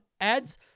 ads